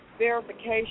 Verification